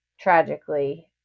tragically